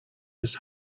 his